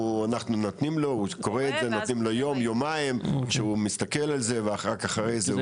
אנחנו נותנים לו יום-יומיים שהוא מסתכל על זה ורק אחרי זה.